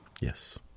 Yes